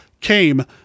came